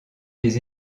des